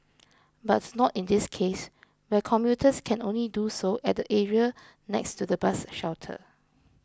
but not in this case where commuters can only do so at the area next to the bus shelter